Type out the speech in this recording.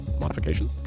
modification